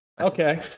Okay